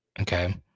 Okay